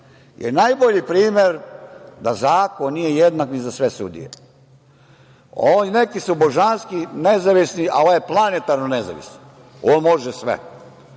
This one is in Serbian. je najbolji primer da zakon nije jednak za sve sudije. Neki su božanski, nezavisni, a ovaj je planetarno nezavistan. On može sve.